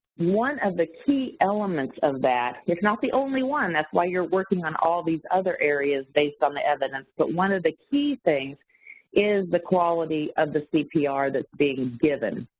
one of the key elements of that, it's not the only one, that's why you're working on all these other areas based on the evidence, but one of the key things is the quality of the cpr that's being given.